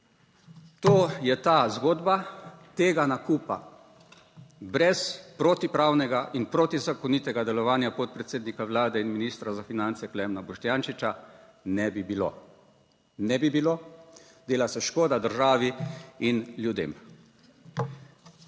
to je ta zgodba. Tega nakupa brez protipravnega in protizakonitega delovanja podpredsednika vlade in ministra za finance Klemna Boštjančiča ne bi bilo. Ne bi bilo - dela se škoda državi in ljudem.